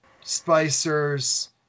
Spicer's